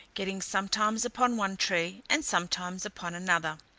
getting sometimes upon one tree, and sometimes upon another.